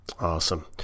Awesome